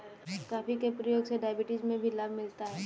coffee के प्रयोग से डायबिटीज में भी लाभ मिलता है